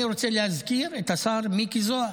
אני רוצה להזכיר את השר מיקי זוהר,